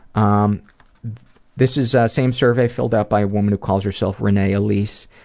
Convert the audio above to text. um this is same survey filled out by a woman who calls herself renee elise